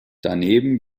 daneben